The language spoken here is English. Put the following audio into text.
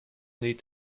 need